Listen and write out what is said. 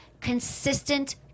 Consistent